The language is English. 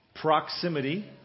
Proximity